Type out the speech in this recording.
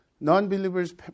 non-believers